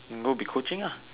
go be coaching ah